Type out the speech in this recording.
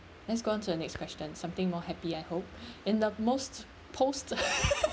let's go on to the next question something more happy I hope in the most post